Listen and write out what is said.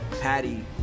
Patty